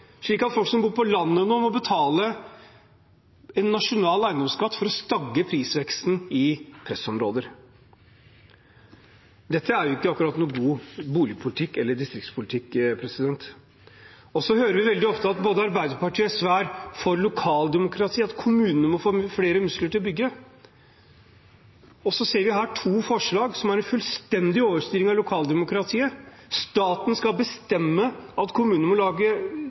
slik at folk som bor på landet, må betale en nasjonal eiendomsskatt for å stagge prisveksten i pressområder. Dette er jo ikke akkurat noen god bolig- eller distriktspolitikk. Så hører vi veldig ofte at både Arbeiderpartiet og SV er for lokaldemokrati, at kommunene må få flere muskler til å bygge. Så ser vi her to forslag som er en fullstendig overstyring av lokaldemokratiet, staten skal bestemme at kommunene må